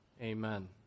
amen